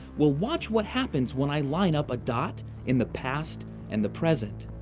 well, watch what happens when i line up a dot in the past and the present.